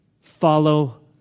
Follow